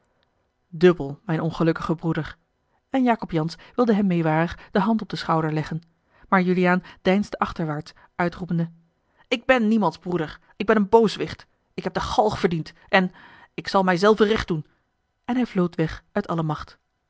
dubbel mijn ongelukkige broeder en jacob jansz wilde hem meêwarig de hand op den schouder leggen maar uliaan deinsde achterwaarts uitroepende ik ben niemands broeder ik ben een booswicht ik heb de galg verdiend en ik zal mij zelven recht doen en hij vlood weg uit alle macht